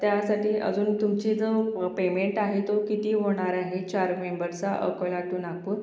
त्यासाठी अजून तुमची जो पेमेंट आहे तो किती होणार आहे चार मेंबर्सचा अकोला टू नागपूर